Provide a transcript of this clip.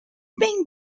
being